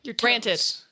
Granted